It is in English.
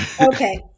Okay